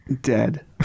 Dead